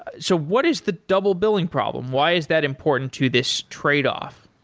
so what is the double billing problem? why is that important to this tradeoff?